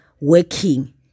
working